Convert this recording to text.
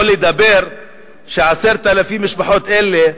שלא לדבר ש-10,000 משפחות אלה,